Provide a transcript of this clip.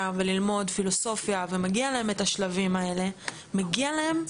ופילוסופיה והשלבים האלו מגיעים להם,